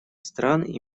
стран